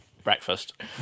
Breakfast